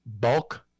bulk